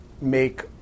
make